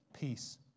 peace